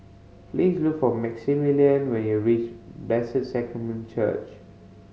please look for Maximillian when you reach Bless Sacrament Church